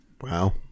Wow